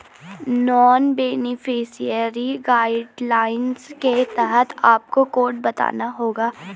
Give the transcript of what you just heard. non beneficiary guidelines के तहत आपको कोड बताना होगा